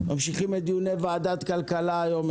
ממשיכים את דיוני ועדת הכלכלה היום.